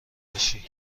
بشی